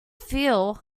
feel